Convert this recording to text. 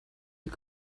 you